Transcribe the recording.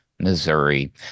Missouri